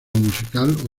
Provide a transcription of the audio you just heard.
musical